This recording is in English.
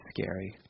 scary